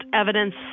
evidence